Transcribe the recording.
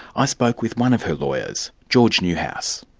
i spoke with one of her lawyers, george newhouse.